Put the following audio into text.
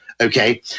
okay